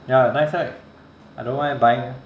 ya nice right I don't mind buying